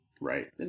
Right